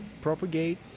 propagate